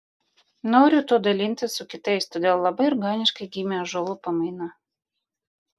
noriu tuo dalintis su kitais todėl labai organiškai gimė ąžuolų pamaina